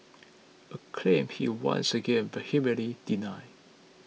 a claim he once again vehemently denied